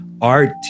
art